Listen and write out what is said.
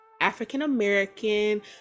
African-American